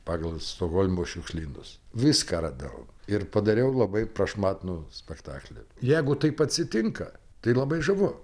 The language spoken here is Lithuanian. pagal stokholmo šiukšlynus viską radau ir padariau labai prašmatnų spektaklį jeigu taip atsitinka tai labai žavu